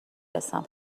رسم